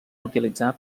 utilitzar